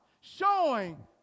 showing